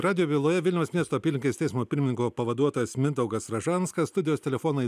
radijo byloje vilniaus miesto apylinkės teismo pirmininko pavaduotojas mindaugas ražanskas studijos telefonai